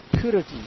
purity